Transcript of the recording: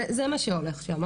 זה מה שהולך שם.